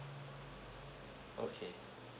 okay